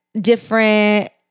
different